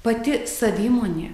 pati savimonė